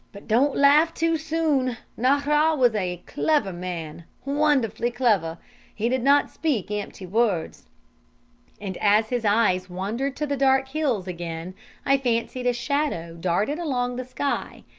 but don't laugh too soon. nahra was a clever man, wonderfully clever he did not speak empty words and as his eyes wandered to the dark hills again i fancied a shadow darted along the sky,